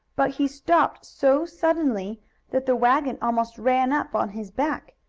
but he stopped so suddenly that the wagon almost ran up on his back.